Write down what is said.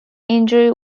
injury